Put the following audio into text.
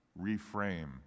reframe